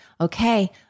Okay